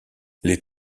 les